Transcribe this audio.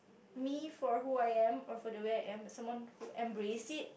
me for who I am or for the way I am someone who embrace it